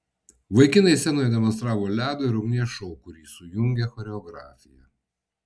vaikinai scenoje demonstravo ledo ir ugnies šou kurį sujungė choreografija